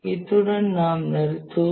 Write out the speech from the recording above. இத்துடன் நாம் நிறுத்துவோம்